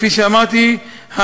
כפי שאמרתי,